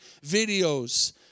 videos